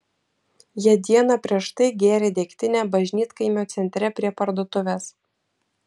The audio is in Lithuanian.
jie dieną prieš tai gėrė degtinę bažnytkaimio centre prie parduotuvės